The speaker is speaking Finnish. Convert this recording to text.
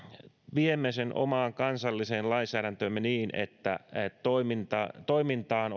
viemme sen omaan kansalliseen lainsäädäntöömme niin että toimintaan